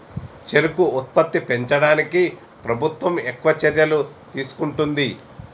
చెరుకు ఉత్పత్తి పెంచడానికి ప్రభుత్వం ఎక్కువ చర్యలు తీసుకుంటుంది